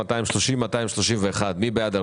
מי בעד?